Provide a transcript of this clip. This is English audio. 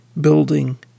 building